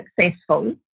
successful